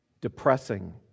depressing